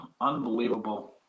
Unbelievable